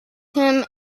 him